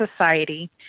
Society